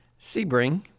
Sebring